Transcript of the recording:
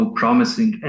promising